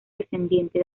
descendiente